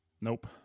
Nope